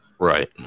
Right